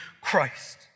Christ